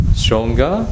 stronger